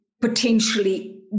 potentially